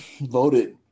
voted